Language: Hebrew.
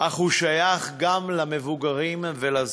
אך הוא שייך גם למבוגרים ולזקנים.